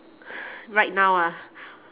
right now ah